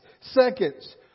seconds